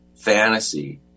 fantasy